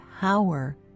power